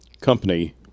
Company